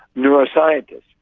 neuroscientists.